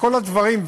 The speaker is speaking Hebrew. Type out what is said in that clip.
וכל הדברים.